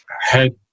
head